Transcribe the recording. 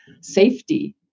safety